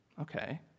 Okay